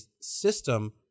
system